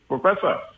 professor